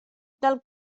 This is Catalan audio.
del